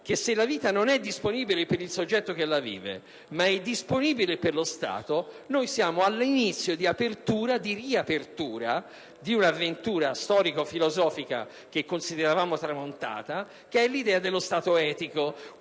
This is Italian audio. che la vita non è disponibile per il soggetto che la vive ma è disponibile per lo Stato, siamo all'inizio della riapertura di un'avventura storico-filosofica che consideravamo tramontata, quella basata sull'idea dello Stato etico,